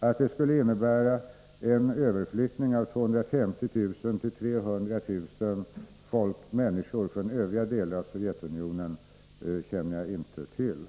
Att detta skulle innebära en 8 december 1983 överflyttning av 250 000-300 000 människor från övriga delar av Sovjetunio nen känner jag inte till.